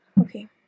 Okay